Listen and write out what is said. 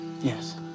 Yes